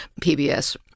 PBS